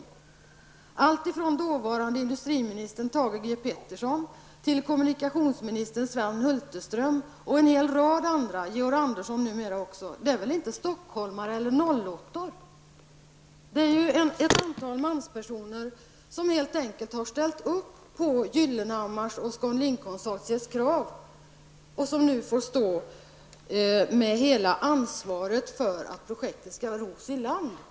Det gäller alltifrån dåvarande industriminister Sven Hulterström och en hel rad andra. Det gäller även Georg Andersson numera. De är väl inte stockholmare och 08-or? De är ju ett antal manspersoner som helt enkelt har ställt sig bakom Gyllenhammars och Scan Link-konsortiets krav och som nu får stå med hela ansvaret för att projektet skall ros i land.